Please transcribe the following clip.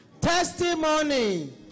Testimony